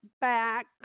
back